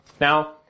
Now